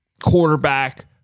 quarterback